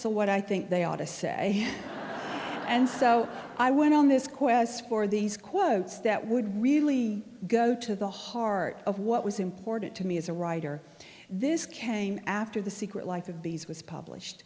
so what i think they ought to say and so i went on this quest for these quotes that would really go to the heart of what was important to me as a writer this came after the secret life of bees was published